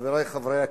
חברי חברי הכנסת,